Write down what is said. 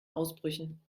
ausbrüchen